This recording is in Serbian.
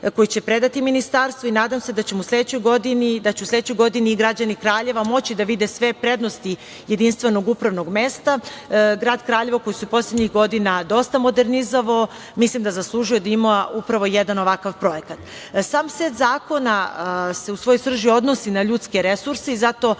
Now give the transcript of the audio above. koji će predati Ministarstvu i nadam se da će u sledećoj godini građani Kraljeva moći da vide sve prednosti jedinstvenog upravnog mesta. Grad Kraljevo, koji se poslednjih godina dosta modernizovao, mislim da zaslužuje da ima upravo jedan ovakav projekat. Sam set zakona se u svojoj srži odnosi na ljudske resurse i zato